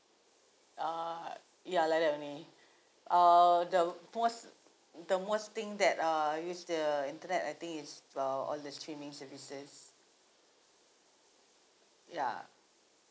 uh ya like that only uh the most the most thing that uh use the internet I think is about all the streaming services ya